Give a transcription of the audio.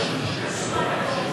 מה קרה?